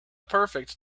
perfect